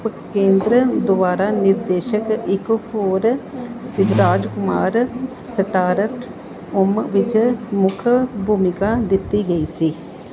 ਉਪਕੇਂਦਰ ਦੁਆਰਾ ਨਿਰਦੇਸ਼ਤ ਇੱਕ ਹੋਰ ਸ਼ਿਵਰਾਜ ਕੁਮਾਰ ਸਟਾਰਰ ਓਮ ਵਿੱਚ ਮੁੱਖ ਭੂਮਿਕਾ ਦਿੱਤੀ ਗਈ ਸੀ